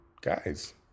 guys